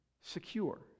secure